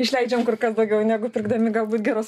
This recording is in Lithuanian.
išleidžiam kur kas daugiau negu pirkdami galbūt geros